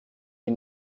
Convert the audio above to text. die